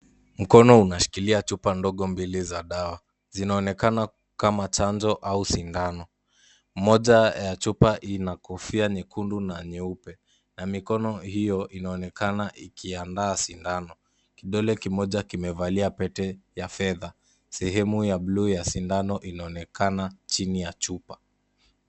Mkono unashikilia chumba ndogo mbili za dawa .zinaonekana kama chanjo ama sindano. Moja ya chupa ina kofia nyekundu na nyeupe na mikono hiyo inaonekana ikiandaa sindano. Kidole kimoja kimevalia pete ya fedha, sehemu ya bluu ya sindano inaonekana chini ya chupa.